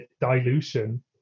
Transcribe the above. dilution